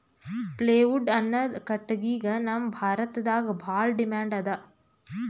plywood ಅನ್ನದ್ ಕಟ್ಟಗಿಗ್ ನಮ್ ಭಾರತದಾಗ್ ಭಾಳ್ ಡಿಮ್ಯಾಂಡ್ ಅದಾ